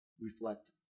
reflect